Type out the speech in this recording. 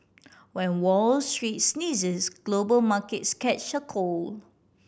when Wall Street sneezes global markets catch a cold